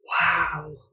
wow